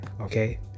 okay